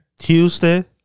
Houston